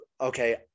okay